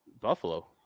Buffalo